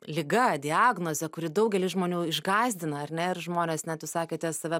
liga diagnoze kuri daugelį žmonių išgąsdina ar ne ir žmonės net jūs sakėte save